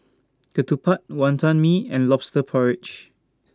Ketupat Wonton Mee and Lobster Porridge